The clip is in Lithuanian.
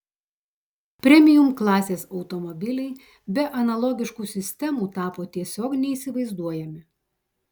premium klasės automobiliai be analogiškų sistemų tapo tiesiog neįsivaizduojami